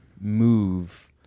move